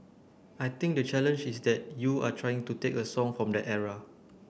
I think the challenge is that you are trying to take a song from that era